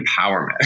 empowerment